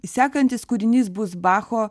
sekantis kūrinys bus bacho